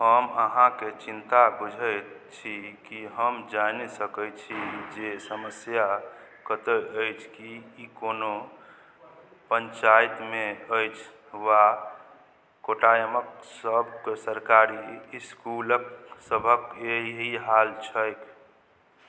हम अहाँके चिन्ता बुझै छी कि हम जानि सकै छी जे समस्या कतए अछि कि ई कोनो पञ्चाइतमे अछि वा कोट्टायमके सब सरकारी इसकुल सबके इएह हाल छै